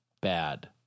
bad